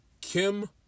Kim